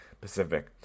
Pacific